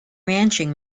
ranching